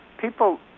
People